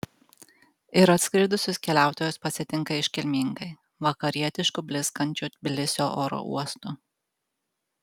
ir atskridusius keliautojus pasitinka iškilmingai vakarietišku blizgančiu tbilisio oro uostu